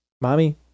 Mommy